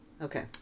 Okay